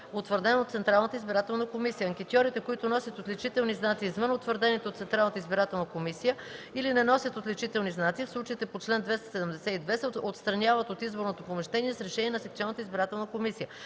утвърден от Централната избирателна комисия. Анкетьорите, които носят отличителни знаци извън утвърдените от Централната избирателна комисия или не носят отличителни знаци в случаите по чл. 272, се отстраняват от изборното помещение с решение на секционната избирателна комисия.